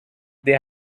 they